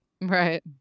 Right